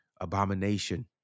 abomination